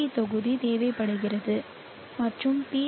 we தொகுதி தேவைப்படுகிறது மற்றும் பி